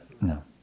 no